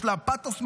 יש לה פתוס מטורף,